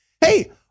hey